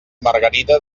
margarida